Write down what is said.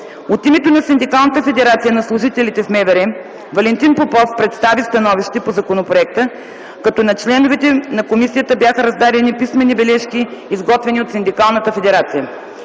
От името на Синдикалната федерация на служителите в МВР Валентин Попов представи становище по законопроекта, като на членовете на комисията бяха раздадени писмени бележки, изготвени от синдикалната федерация.